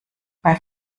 bei